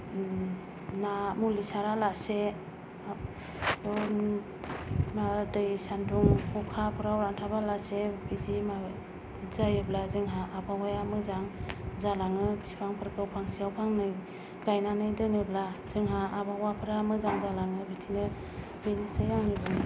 ना मुलि सारालासे माबा दै सानदुं अखाफोराव रानथाबालासे बिदि माबायो जायोब्ला जोंहा आबहावाया मोजां जालाङो बिफांफोरखौ फांसेयाव फांनै गायनानै दोनोब्ला जोंहा आबहावाफ्रा मोजां जालाङो बिदिनो बेनोसै आंनि बुंनाया